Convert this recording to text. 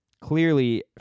Clearly